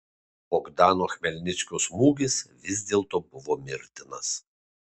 bogdano chmelnickio smūgis vis dėlto buvo mirtinas